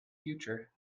future